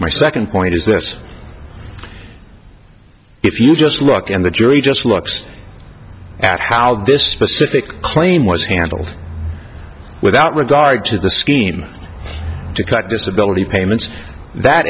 my second point is this if you just look and the jury just looks at how this specific claim was handled without regard to the scheme to cut disability payments that